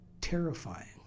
terrifying